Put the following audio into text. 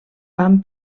van